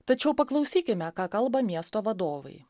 tačiau paklausykime ką kalba miesto vadovai